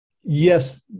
Yes